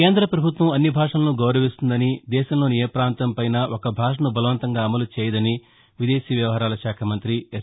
కేంద్ర ప్రభుత్వం అన్ని భాషలను గౌరవిస్తుందని దేశంలోని ఏ ప్రాంతంపైన ఒక భాషను బలవంతంగా అమలు చేయదని విదేశీ వ్యవహారాల శాఖ మంతి ఎస్